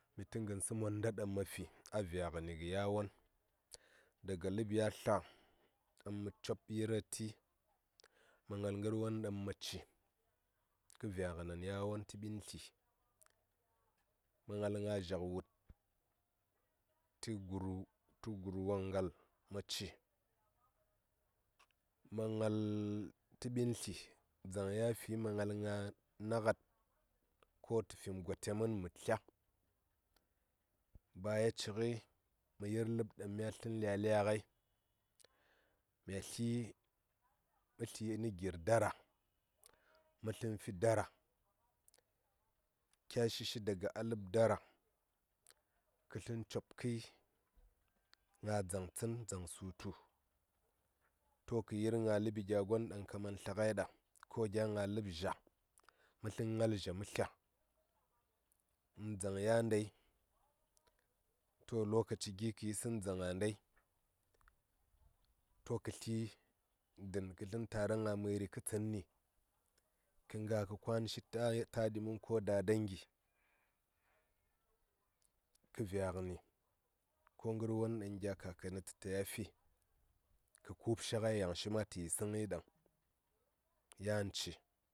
Mi tə ngə tənsə monda ɗaŋ ma fi a vya ngən kə yawon daga ləb ya tla ɗaŋ mə cob yire ti ma ngal gər won ɗaŋ ma ci kə vya ngənen yawon tə ɓin tli ma ngal nga zyak wud tə gur waŋ gal ma cima ngal tə ɓin tli dzaŋ ya fi ma ngal na ngad ko tə fim gote mən mə tlya ba ya ci ngəi mə yir ləb ɗaŋ mya sə lya lya. ngai mə tli nə gir dara mə sə fi dara kya shi shi daga a ləb dara kə tlən cop kəi nga dza tsən dzan sutu to kə yir ləɓi gya gon ɗaŋ kaman tlə ngai ɗa ko gya nga ləb zya mə sə ngal zya mə tlya in dzaŋ ya ndai to lokaci gi kə yi səŋ dzaŋ a ndai to kə tli dən kə sə tara nga mərɨ kə tsənni kə nga kə kwan shi taɗi mən ko dadangi tə vya ngəni akwai gya kakanni ɗaŋ tə ta ya fi ka kub shi yaŋ shi ma tə yisə ngəi ɗaŋ yanci